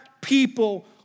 people